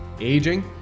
aging